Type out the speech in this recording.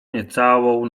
niecałą